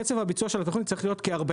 קצב הביצוע של התכנית צריך להיות כ-40